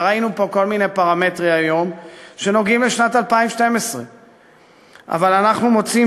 וראינו פה כל מיני פרמטרים היום שנוגעים לשנת 2012. אבל אנחנו מוצאים